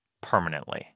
permanently